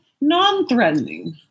Non-threatening